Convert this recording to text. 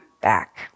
back